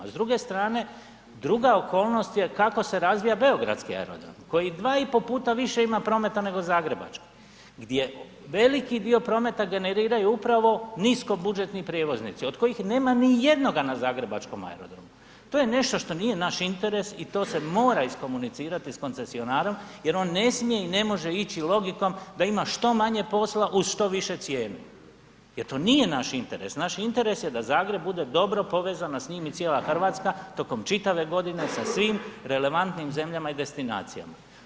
S druge strane, druga okolnost je kako se razvija beogradski aerodrom koji 2,5 puta više ima prometa nego zagrebački gdje veliki dio prometa generiraju upravo niskobudžetni prijevoznici od kojih nema nijednoga na zagrebačkom aerodromu, to je nešto što nije naš interes i to se mora iskomunicirati sa koncesionarom jer on ne smije i ne može ići logikom da ima što manje posla u što višoj cijeni jer to nije naš interes, naš interes je da Zagreb bude dobro povezan a s njim i cijela Hrvatska tokom čitave godine sa svim relevantnim zemljama i destinacijama.